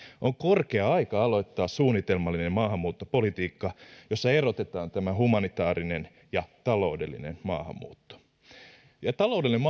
on korkea aika aloittaa suunnitelmallinen maahanmuuttopolitiikka jossa erotetaan humanitaarinen ja taloudellinen maahanmuutto taloudellinen